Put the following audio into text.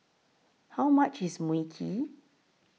How much IS Mui Kee